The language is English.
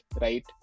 right